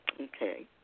Okay